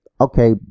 okay